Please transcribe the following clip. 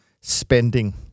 spending